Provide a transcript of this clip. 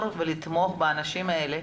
לתקנות משרד הבטחון.